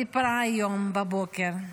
סיפרה היום בבוקר,